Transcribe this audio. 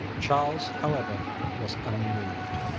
charles however was unmoved.